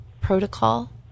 protocol